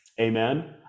Amen